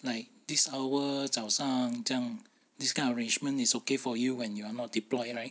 like this hour 早上这样 this kind of arrangement is okay for you when you are not deployed right